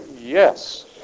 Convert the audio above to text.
yes